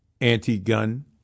anti-gun